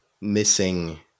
missing